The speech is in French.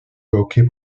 hockey